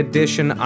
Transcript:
Edition